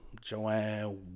Joanne